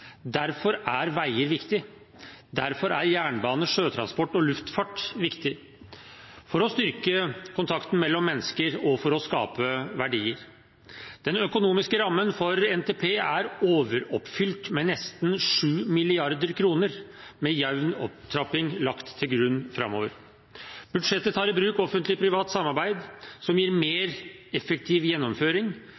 Derfor er veier viktig, og derfor er jernbane, sjøtransport og luftfart viktig, for å styrke kontakten mellom mennesker og for å skape verdier. Den økonomiske rammen for NTP er overoppfylt med nesten 7 mrd. kr, med jevn opptrapping lagt til grunn framover. Budsjettet tar i bruk offentlig–privat samarbeid som gir mer